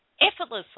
effortlessly